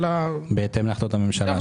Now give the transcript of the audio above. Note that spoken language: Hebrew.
בהתאם להחלטות הממשלה.